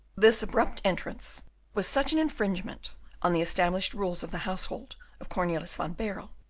this abrupt entrance was such an infringement on the established rules of the household of cornelius van baerle,